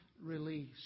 release